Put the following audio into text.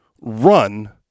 run